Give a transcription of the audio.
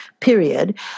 period